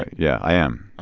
yeah, i am.